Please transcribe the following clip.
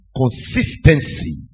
consistency